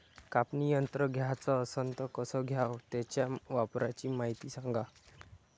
कापनी यंत्र घ्याचं असन त कस घ्याव? त्याच्या वापराची मायती सांगा